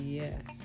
yes